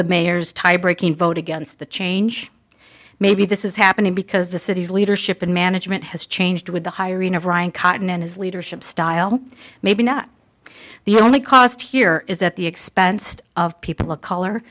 the mayor's tie breaking vote against the change maybe this is happening because the city's leadership in management has changed with the hiring of ryan cotton and his leadership style maybe not the only cost here is at the expense of people of color